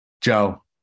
Joe